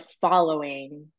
following